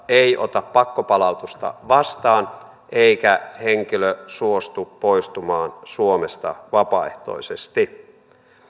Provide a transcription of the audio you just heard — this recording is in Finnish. ei ota pakkopalautusta vastaan eikä henkilö suostu poistumaan suomesta vapaaehtoisesti